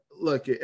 Look